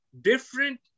different